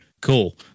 Cool